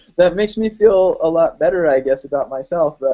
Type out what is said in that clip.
that makes me feel a lot better, i guess, about myself.